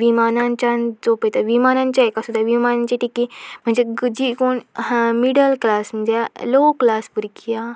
विमानच्यान चो पळयता विमानांच्या हेा सुद्दा विमानांची टिकीट म्हणजे जी कोण मिडल क्लास म्हणजे लो क्लास भुरगी आहा